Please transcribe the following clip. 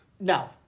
No